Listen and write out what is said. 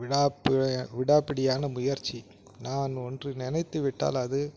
விடாப்பு விடாப்பிடியான முயற்சி நான் ஒன்று நினைத்து விட்டால் அது